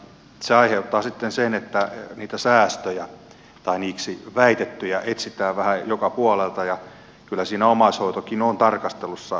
se aiheuttaa sitten sen että säästöjä tai niiksi väitettyjä etsitään vähän joka puolelta ja kyllä siinä omaishoitokin on tarkastelussa